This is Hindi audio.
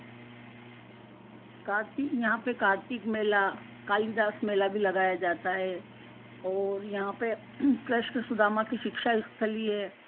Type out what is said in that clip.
कार्तिक यहाँ पर कार्तिक मेला कालीदास मेला भी लगाया जाता है और यहाँ पर कृष्ण सुदामा की शिक्षास्थली है